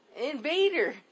Invader